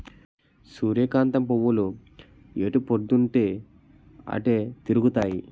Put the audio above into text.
సూర్యకాంతం పువ్వులు ఎటుపోద్దున్తీ అటే తిరుగుతాయి